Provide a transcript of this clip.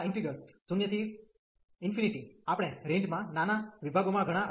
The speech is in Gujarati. તેથી આ ઇન્ટિગ્રેલ્સ integrals 0 થી ∞ આપણે રેન્જrange માં નાના વિભાગોમાં ઘણા અલગ કર્યા છે